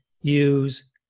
use